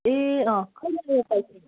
ए कहिले गएर फर्किने